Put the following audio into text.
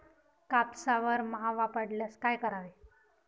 कापसावर मावा पडल्यास काय करावे?